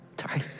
Sorry